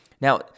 Now